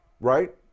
Right